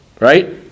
Right